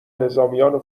نظامیان